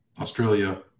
australia